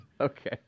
Okay